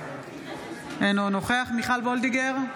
אינו נוכח מיכל מרים וולדיגר,